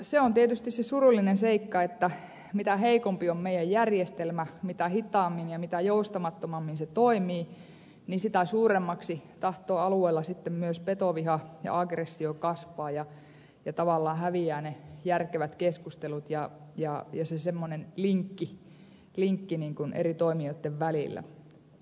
se on tietysti se surullinen seikka että mitä heikompi on meidän järjestelmämme mitä hitaammin ja mitä joustamattomammin se toimii sitä suuremmaksi tahtoo alueella sitten myös petoviha ja aggressio kasvaa ja tavallaan häviää ne järkevät keskustelut ja se semmoinen linkki eri toimijoitten välillä